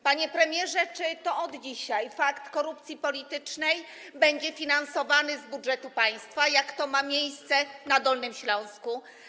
Panie premierze, czy od dzisiaj korupcja polityczna będzie finansowana z budżetu państwa, jak to ma miejsce na Dolnym Śląsku?